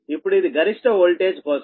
ఇప్పుడు ఇది గరిష్ట వోల్టేజ్ కోసం